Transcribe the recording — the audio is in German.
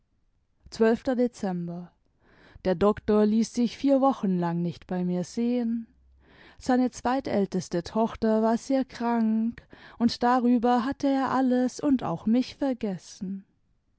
dezember der doktor ließ sich vier wochen lang nicht bei mir sehen seine zweitälteste tochter war sehr krank und darüber hatte er alles und auch mich vergessen